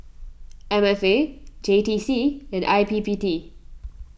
M F A J T C and I P P T